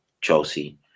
Chelsea